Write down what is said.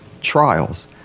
trials